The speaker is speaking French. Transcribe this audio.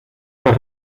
par